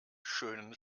schönen